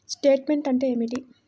Statement అంటే ఏమిటి?